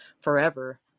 forever